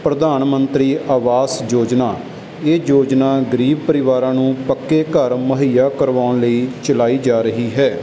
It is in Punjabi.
ਪ੍ਰਧਾਨ ਮੰਤਰੀ ਆਵਾਸ ਯੋਜਨਾ ਇਹ ਯੋਜਨਾ ਗਰੀਬ ਪਰਿਵਾਰਾਂ ਨੂੰ ਪੱਕੇ ਘਰ ਮੁਹੱਈਆ ਕਰਵਾਉਣ ਲਈ ਚਲਾਈ ਜਾ ਰਹੀ ਹੈ